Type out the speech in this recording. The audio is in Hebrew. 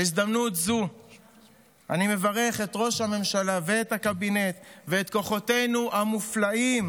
בהזדמנות זו אני מברך את ראש הממשלה ואת הקבינט ואת כוחותינו המופלאים